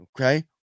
Okay